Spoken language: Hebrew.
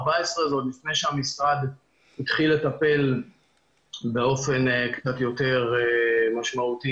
עוד לפני שהמשרד התחיל לטפל באופן קצת יותר משמעותי